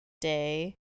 day